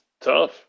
tough